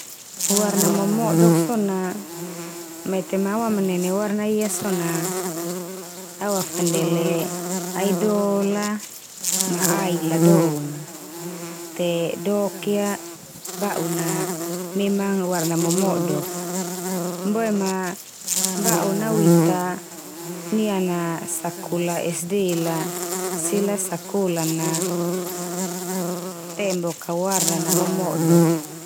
Warna momodok so na mete ma au amanene warna ia so na awafandele aido la, ma ai la do na te dok ba'un na memang warna momodok. Boe ma ba'un na awita niana sakolah SD la, sila sakolah na tembok a warna na momodok.